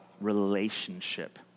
relationship